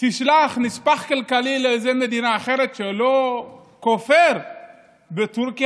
תשלח נספח כלכלי לאיזו מדינה אחרת שכופר בטורקיה?